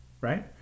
right